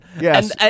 Yes